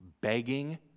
begging